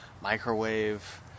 Microwave